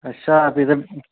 अच्छा फ्ही ते